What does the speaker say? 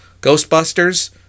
Ghostbusters